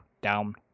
down